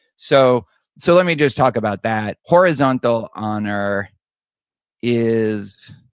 so so let me just talk about that. horizontal honor is,